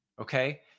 Okay